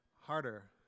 Harder